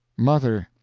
mother,